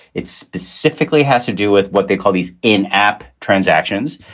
it specifically has to do with what they call these in app transactions.